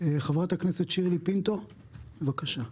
חברת הכנסת שירלי פינטו, בבקשה.